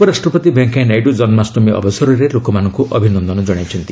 ଉପରାଷ୍ଟ୍ରପତି ଭେଙ୍କିୟାନାଇଡୁ ଜନ୍ମାଷ୍ଟମୀ ଅସରରେ ଲୋକମାନଙ୍କୁ ଅଭିନନ୍ଦନ କ୍ଷଶାଇଛନ୍ତି